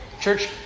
Church